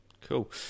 Cool